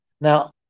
Now